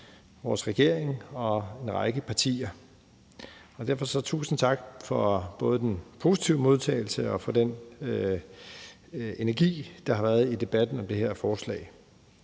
vores regering og en række partier. Derfor vil jeg sige tusind tak for både den positive modtagelse og for den energi, der har været i debatten om det her forslag.